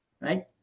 right